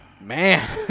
Man